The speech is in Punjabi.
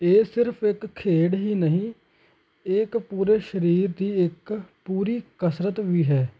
ਇਹ ਸਿਰਫ਼ ਇੱਕ ਖੇਡ ਹੀ ਨਹੀਂ ਇਹ ਇੱਕ ਪੂਰੇ ਸਰੀਰ ਦੀ ਇੱਕ ਪੂਰੀ ਕਸਰਤ ਵੀ ਹੈ